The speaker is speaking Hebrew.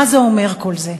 מה זה אומר, כל זה?